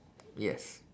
yes